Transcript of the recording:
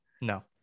No